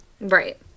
Right